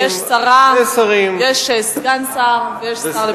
יש שרה, יש סגן שר ויש השר לביטחון פנים.